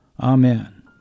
Amen